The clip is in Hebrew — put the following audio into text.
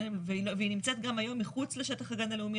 והיא נמצאת גם היום מחוץ לשטח הגן הלאומי,